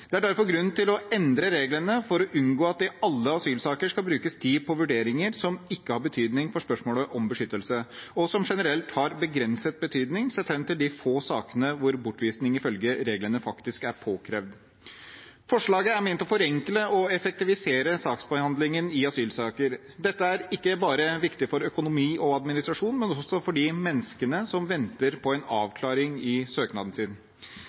Det er derfor grunn til å endre reglene for å unngå at det i alle asylsaker skal brukes tid på vurderinger som ikke har betydning for spørsmålet om beskyttelse, og som generelt har begrenset betydning, sett hen til de få sakene hvor bortvisning ifølge reglene faktisk er påkrevd. Forslaget er ment å forenkle og effektivisere saksbehandlingen i asylsaker. Dette er viktig ikke bare for økonomi og administrasjon, men også for de menneskene som venter på en avklaring av søknaden sin.